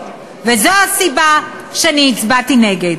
וזו הסיבה שהצבעתי נגד.